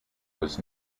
was